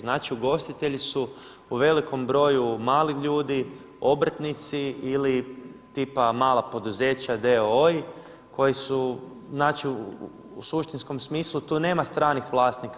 Znači, ugostitelji su u velikom broju mali ljudi, obrtnici ili tipa mala poduzeća d.o.o. koji su znači u suštinskom smislu tu nema stranih vlasnika.